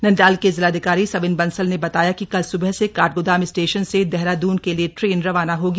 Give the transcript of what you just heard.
नैनीताल के जिलाधिकारी सविन बंसल ने बताया कि कल स्बह से काठगोदाम स्टेशन से देहरादून के लिए ट्रेन रवाना होगी